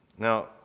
Now